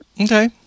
Okay